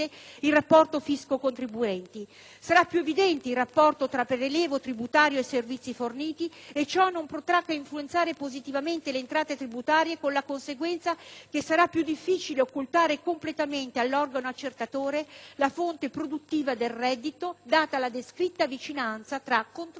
più evidente il rapporto tra prelievo tributario e servizi forniti e ciò non potrà che influenzare positivamente le entrate tributarie, con la conseguenza che sarà più difficile occultare completamente all'organo accertatore la fonte produttiva del reddito, data la descritta vicinanza tra controllore e controllato.